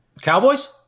Cowboys